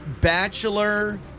bachelor